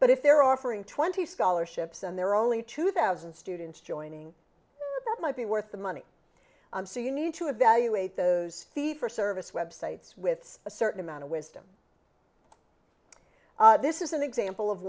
but if they're offering twenty scholarships and there are only two thousand students joining might be worth the money so you need to evaluate those fee for service web sites with a certain amount of wisdom this is an example of